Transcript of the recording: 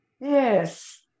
Yes